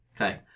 Okay